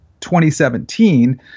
2017